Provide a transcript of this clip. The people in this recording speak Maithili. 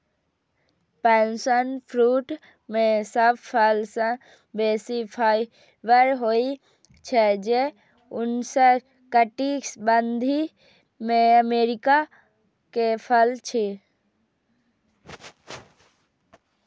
पैशन फ्रूट मे सब फल सं बेसी फाइबर होइ छै, जे उष्णकटिबंधीय अमेरिका के फल छियै